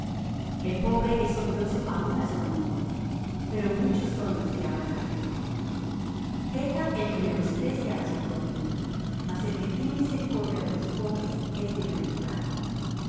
el pobre es odioso aun á su amigo pero muchos son los que aman al rico peca el que menosprecia á su prójimo mas el que tiene misericordia de los pobres es bienaventurado no yerran los